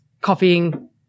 copying